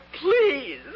please